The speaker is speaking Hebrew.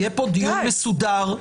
יהיה פה דיון מסודר.